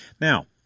Now